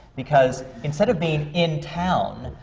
because instead of being in town,